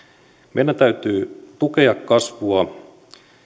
meidän täytyy tukea kasvua